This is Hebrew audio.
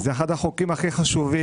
זה אחד החוקים הכי חשובים,